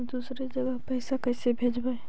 दुसरे जगह पैसा कैसे भेजबै?